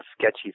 sketchy